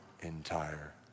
entire